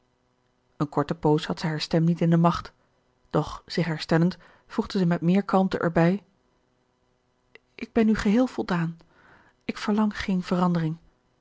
een korte poos had zij hare stem niet in de macht doch zich herstellend voegde zij met meer kalmte erbij ik ben nu geheel voldaan ik verlang geene verandering